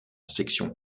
section